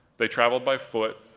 they traveled by foot,